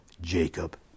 Jacob